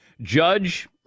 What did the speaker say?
Judge